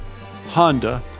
Honda